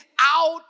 out